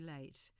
late